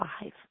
five